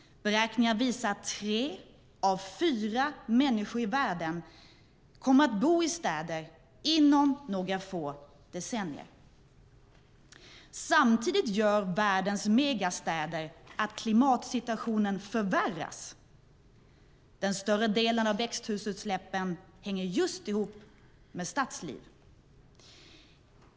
Beräkningar visar att tre av fyra människor i världen kommer att bo i städer inom några få decennier. Samtidigt gör världens megastäder att klimatsituationen förvärras. Den större delen av växthusutsläppen hänger just ihop med stadsliv.